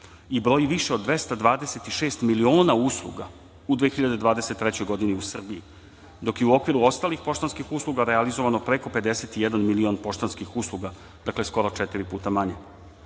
i broji više od 226 miliona usluga u 2023. godini u Srbiji, dok je u okviru ostalih poštanskih usluga realizovano preko 51 milion poštanskih usluga, dakle skoro četiri puta